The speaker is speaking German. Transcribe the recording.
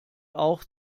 auch